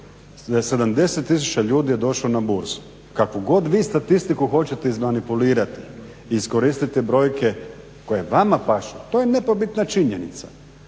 70 000 ljudi je došlo na burzu. Kakvu god vi statistiku hoćete izmanipulirati i iskoristiti brojke koje vama pašu, to je nepobitna činjenica